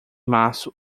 março